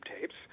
tapes